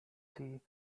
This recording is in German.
sie